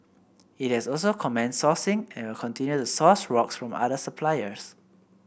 it has also commenced sourcing and will continue to source rocks from other suppliers